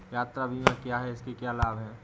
यात्रा बीमा क्या है इसके क्या लाभ हैं?